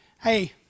hey